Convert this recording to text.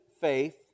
faith